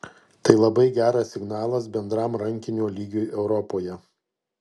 tai labai geras signalas bendram rankinio lygiui europoje